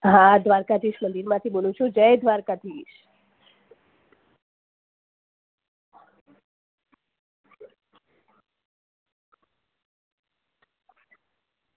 હા દ્વારકાધીશ મંદિરમાંથી બોલું છું જય દ્વારકાધીશ